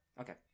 Okay